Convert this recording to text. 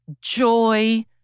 joy